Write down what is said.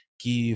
que